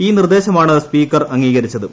ഈ നിർദ്ദേശമാണ് സ്പീക്കർ അംഗീകരിച്ചത്